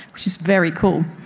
which is very cool.